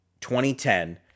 2010